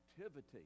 activity